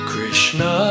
Krishna